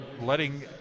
letting